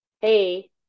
hey